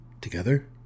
together